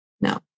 No